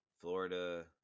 Florida